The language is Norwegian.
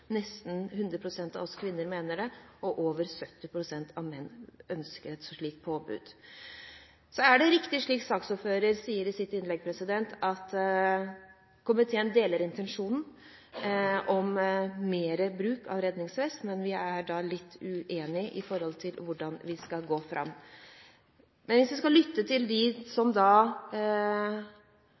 Nesten 100 pst. av oss kvinner mener det, og over 70 pst. av mennene ønsker et slikt påbud. Det er riktig, som saksordføreren sa i sitt innlegg, at komiteen deler intensjonen om mer bruk av redningsvest, men vi er litt uenige om hvordan vi skal gå fram. Jeg synes vi skal lytte til våre fagetater og de